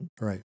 Right